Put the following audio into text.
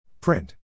Print